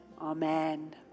Amen